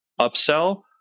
upsell